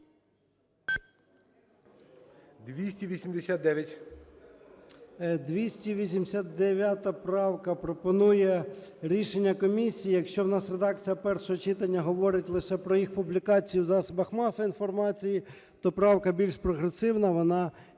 289 правка пропонує рішення комісії. Якщо в нас редакція першого читання говорить лише про їх публікацію в засобах масової інформації, то правка більш прогресивна, вона...